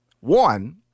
One